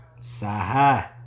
Saha